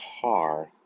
car